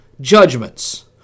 judgments